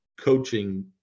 coaching